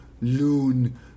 Loon